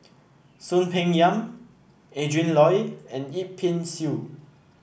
Soon Peng Yam Adrin Loi and Yip Pin Xiu